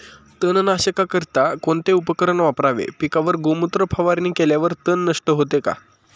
तणनाशकाकरिता कोणते उपकरण वापरावे? पिकावर गोमूत्र फवारणी केल्यावर तण नष्ट होते का?